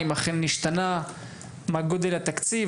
אם אכן נשתנה; מהו גודל התקציב?